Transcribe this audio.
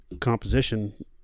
composition